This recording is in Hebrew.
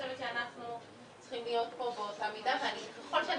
שאנחנו צריכים להיות פה באותה מידה וככל שאני